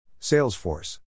Salesforce